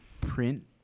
print